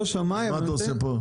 לא שמאי --- אז מה אתה עושה פה?